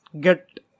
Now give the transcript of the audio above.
get